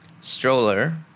stroller